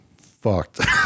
fucked